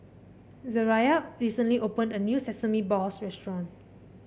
Zariah recently opened a new Sesame Balls restaurant